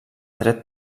dret